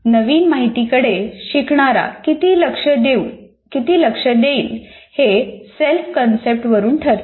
नवीन माहितीकडे शिकणारा किती लक्ष देईल हे सेल्फ कन्सेप्ट वरून ठरते